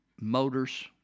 motors